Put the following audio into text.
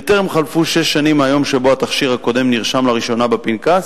בטרם חלפו שש שנים מהיום שבו התכשיר הקודם נרשם לראשונה בפנקס,